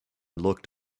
looked